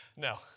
No